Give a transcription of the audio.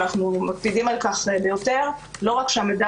ואנחנו מקפידים על כך ביותר לא רק כשהמידע